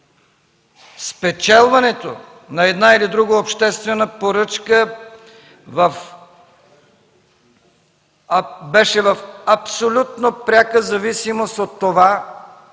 Спечелването на една или друга обществена поръчка беше в абсолютно пряка зависимост от това